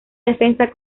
defensa